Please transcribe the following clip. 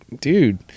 dude